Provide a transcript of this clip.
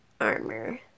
armor